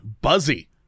buzzy